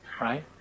right